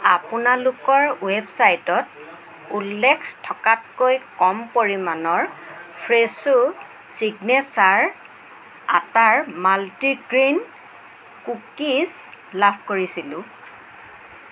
আপোনালোকৰ ৱেবচাইটত উল্লেখ থকাতকৈ কম পৰিমাণৰ ফ্ৰেছো চিগনেচাৰ আটাৰ মাল্টিগ্ৰেইন কুকিজ লাভ কৰিছিলোঁ